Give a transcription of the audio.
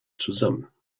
zusammen